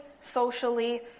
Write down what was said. socially